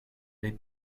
les